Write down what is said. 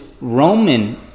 Roman